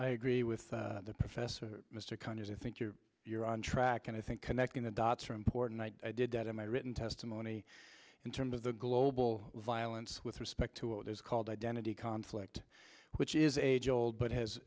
i agree with the professor mr conyers i think you're on track and i think connecting the dots are important i did that in my written testimony in terms of the global violence with respect to what is called identity conflict which is age old but has